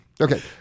Okay